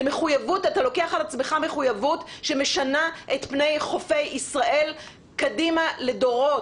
אתה לוקח על עצמך מחויבות שמשנה את פני חופי ישראל קדימה לדורות.